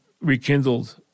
rekindled